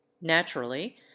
naturally